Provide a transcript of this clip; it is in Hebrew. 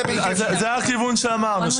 זה הכיוון שאמרנו,